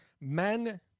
men